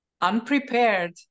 unprepared